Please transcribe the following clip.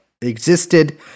existed